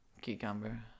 Cucumber